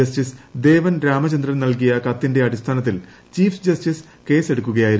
justice Devan Ramachandran നൽകിയ ക്ലത്തിന്റെ അടിസ്ഥാനത്തിൽ ചീഫ് ജസ്റ്റിസ് കേസ് എടുക്കുകയായിരുന്നു